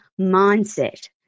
mindset